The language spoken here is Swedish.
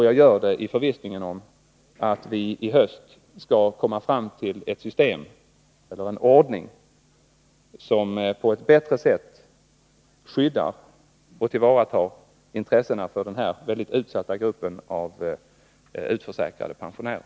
Jag gör det i förvissning om att vi i höst skall komma fram till en ordning som på ett bättre sätt skyddar och tillvaratar intressena för den här väldigt utsatta gruppen av utförsäkrade pensionärer.